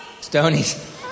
Stonies